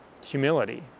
humility